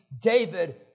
David